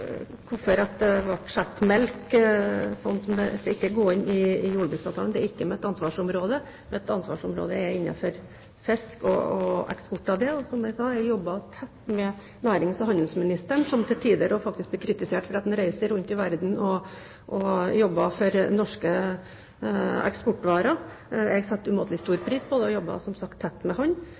Hvorfor tollsatsen på melk ble hevet – jeg skal ikke gå inn i jordbruksavtalen – det er ikke mitt ansvarsområde. Mitt ansvarsområde er innenfor fisk og eksport av det. Og som jeg sa, jeg jobber tett med nærings- og handelsministeren, som til tider faktisk blir kritisert for at han reiser rundt i verden og jobber for norske eksportvarer. Jeg setter umåtelig stor pris på det og jobber som sagt tett med